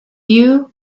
you